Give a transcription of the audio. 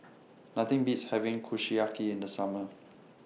Nothing Beats having Kushiyaki in The Summer